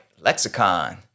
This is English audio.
lexicon